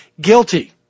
guilty